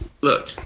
Look